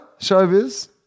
showbiz